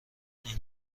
این